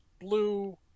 blue